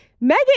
Megan